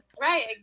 Right